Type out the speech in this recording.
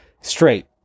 Straight